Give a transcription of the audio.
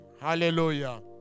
Hallelujah